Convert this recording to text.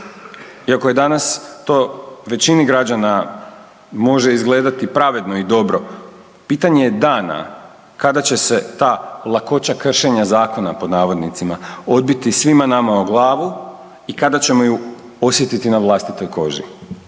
Iako danas to većini građana može izgledati pravedno i dobro pitanje je dana kada će se ta lakoća kršenja zakona pod navodnicima odbiti svima nama o glavu i kada ćemo ju osjetiti na vlastitoj koži.